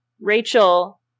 Rachel